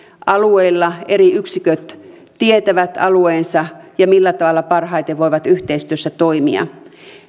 alueilla eri yksiköt tietävät alueensa ja sen millä tavalla parhaiten voivat yhteistyössä toimia